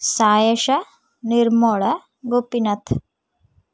ସାଏସା Nirmal Gopinath